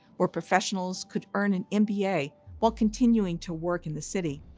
where professionals could earn an mba while continuing to work in the city,